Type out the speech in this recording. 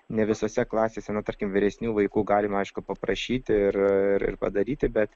ne visose klasėse nu tarkim vyresnių vaikų galima aišku paprašyti ir ir padaryti bet